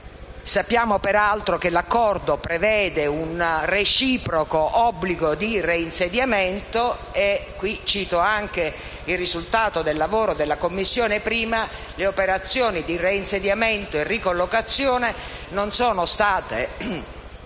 Sappiamo, peraltro, che l'accordo prevede un reciproco obbligo di reinsediamento (e qui cito anche il risultato del lavoro della 1a Commissione). Le operazioni di reinsediamento e di ricollocazione non sono andate